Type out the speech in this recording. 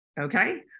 okay